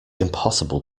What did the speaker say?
impossible